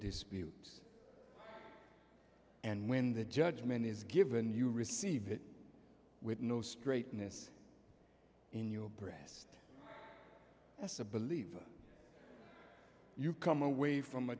dispute and when the judgment is given you receive it with no straightness in your breast as a believer you come away from a